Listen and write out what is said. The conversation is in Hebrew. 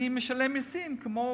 אני משלם מסים כמוך,